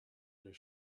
her